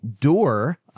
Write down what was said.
door